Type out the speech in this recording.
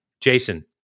Jason